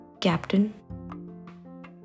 captain